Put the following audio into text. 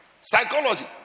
Psychology